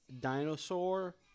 Dinosaur